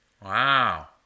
Wow